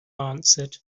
answered